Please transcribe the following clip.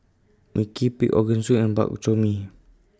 Mui Kee Pig'S Organ Soup and Bak Chor Mee